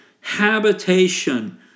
habitation